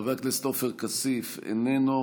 חבר הכנסת עופר כסיף, איננו.